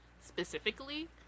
specifically